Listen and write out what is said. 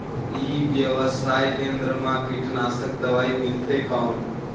ई व्यवसाय केंद्र मा कीटनाशक दवाई मिलथे कौन?